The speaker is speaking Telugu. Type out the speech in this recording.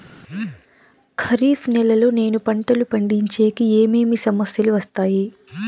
ఖరీఫ్ నెలలో నేను పంటలు పండించేకి ఏమేమి సమస్యలు వస్తాయి?